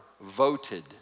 voted